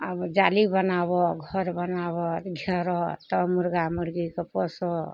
आब जाली बनाबऽ घर बनाबऽ घेरऽ तब मुर्गा मुर्गीके पोसय